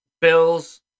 Bills